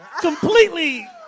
completely